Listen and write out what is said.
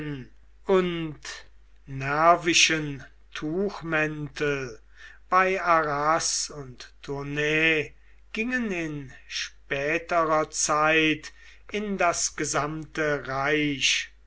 und nervischen tuchmäntel bei arras und tournay gingen in späterer zeit in das gesamte reich